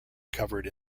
covered